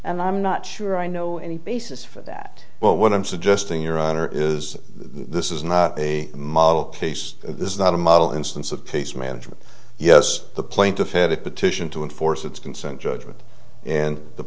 and i'm not sure i know any basis for that but what i'm suggesting your honor is this is not a model case this is not a model instance of case management yes the plaintiff had a petition to enforce its consent judgment and the